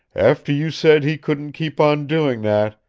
after you said he couldn't keep on doing that,